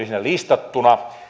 siinä listattuna